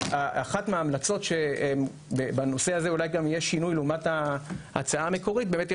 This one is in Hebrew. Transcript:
אחת מההמלצות בנושא הזה אולי גם יש שינוי לעומת ההצעה המקורית יש